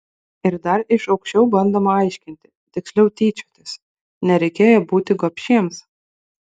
ir dar iš aukščiau bandoma aiškinti tiksliau tyčiotis nereikėjo būti gobšiems